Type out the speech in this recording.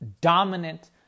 dominant